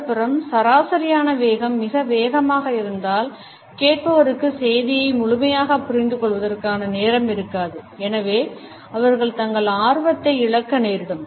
மறுபுறம் சராசரியான வேகம் மிக வேகமாக இருந்தால் கேட்பவருக்கு செய்தியை முழுமையாகப் புரிந்துகொள்வதற்கான நேரம் இருக்காது எனவே அவர்கள் தங்கள் ஆர்வத்தை இழக்க நேரிடும்